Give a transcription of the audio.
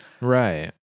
right